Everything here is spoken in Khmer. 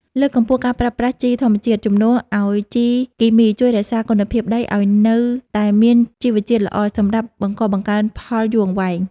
លើកកម្ពស់ការប្រើប្រាស់ជីធម្មជាតិជំនួសឱ្យជីគីមីជួយរក្សាគុណភាពដីឱ្យនៅតែមានជីវជាតិល្អសម្រាប់បង្កបង្កើនផលយូរអង្វែង។